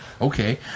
okay